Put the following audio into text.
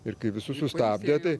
ir kai visus sustabdė tai